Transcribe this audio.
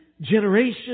generation